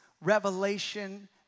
revelation